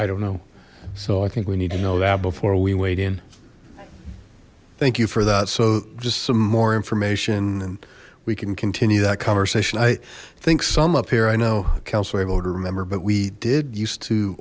i don't know so i think we need to know that before we wade in thank you for that so just some more information and we can continue that conversation i think some up here i know counsel able to remember but we did used to